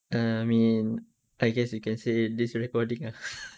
uh I mean I guess you can say this recording ah